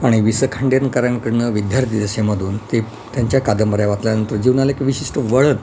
आणि वि स खांडेंकरांकडून विद्यार्थीदशेमधून ते त्यांच्या कादंबऱ्या वाचल्यानंतर जीवनाला एक विशिष्ट वळण